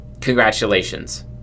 congratulations